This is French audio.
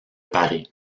paris